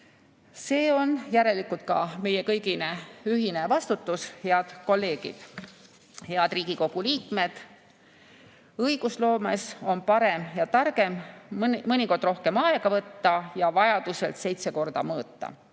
See on järelikult ka meie kõigi ühine vastutus, head kolleegid. Head Riigikogu liikmed! Õigusloomes on parem ja targem mõnikord rohkem aega võtta ja vajaduse korral seitse korda mõõta.